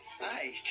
Hi